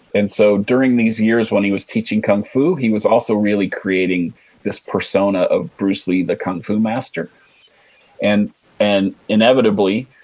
and so during these years when he was teaching kung fu, he was also really creating this persona of bruce lee the kung fu master and and inevitably,